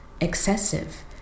excessive